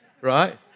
right